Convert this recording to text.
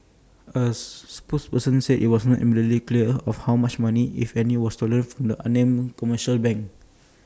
A spokesperson said IT was not immediately clear how much money if any was stolen from the unnamed commercial bank